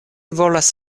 volas